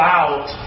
out